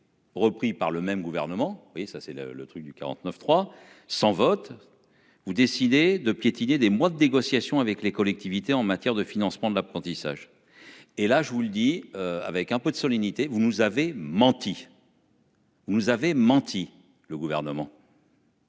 Repris par le même gouvernement. Oui, ça c'est le le truc du 49.3 sans vote. Vous décidez de piétiner des mois de négociations avec les collectivités en matière de financement de l'apprentissage. Et là, je vous le dis avec un peu de solennité. Vous nous avez menti.-- Vous nous avez menti le gouvernement.